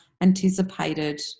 anticipated